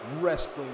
wrestling